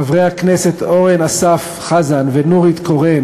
חברי הכנסת אורן אסף חזן ונורית קורן